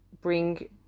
bring